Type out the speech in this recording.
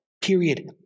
period